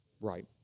Right